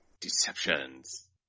Deceptions